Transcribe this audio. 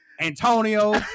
Antonio